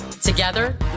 Together